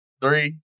three